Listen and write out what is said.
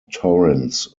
torrens